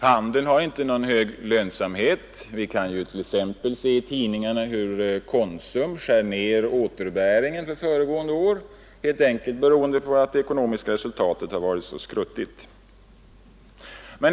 Handeln har inte någon hög lönsamhet; vi kan t.ex. se i tidningarna att Konsum skär ned återbäringen för föregående år, helt enkelt beroende på att det ekonomiska resultatet varit så dåligt.